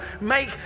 Make